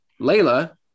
Layla